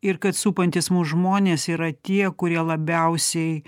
ir kad supantys mus žmonės yra tie kurie labiausiai